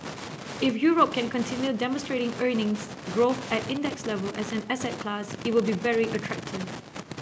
if Europe can continue demonstrating earnings growth at index level as an asset class it will be very attractive